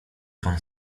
pan